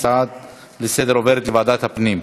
ההצעה לסדר-היום עוברת לוועדת הפנים.